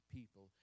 people